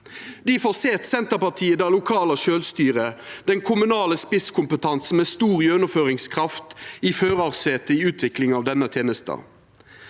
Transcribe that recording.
Difor set Senterpartiet det lokale sjølvstyret, den kommunale spisskompetansen med stor gjennomføringskraft, i førarsetet i utviklinga av denne tenesta